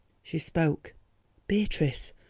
she spoke beatrice,